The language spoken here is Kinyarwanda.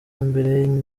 mbere